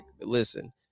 listen